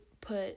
put